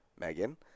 Megan